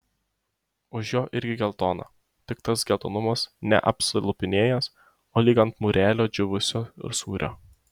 už jo irgi geltona tik tas geltonumas ne apsilupinėjęs o lyg ant mūrelio džiūvusio sūrio